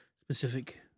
specific